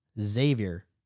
Xavier